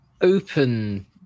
open